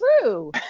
true